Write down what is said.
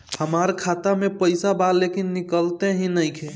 हमार खाता मे पईसा बा लेकिन निकालते ही नईखे?